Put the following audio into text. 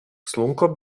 slunko